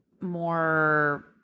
more